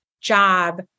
job